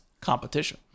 competition